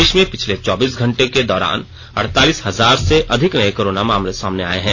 देश में पिछले चौबीस घंटे के दौरान अड़तालीस हजार से अधिक नए कोरोना मामले सामने आए हैं